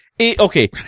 okay